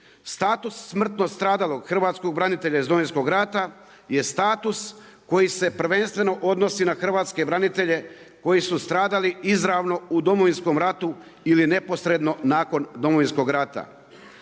status smrtno stradalog hrvatskog branitelja iz Domovinskog rata, je status koji se prvenstveno odnosi na hrvatske branitelje koji su stradali izvarano u Domovinskom ratu, ili neposredno nakon Domovinskog rata.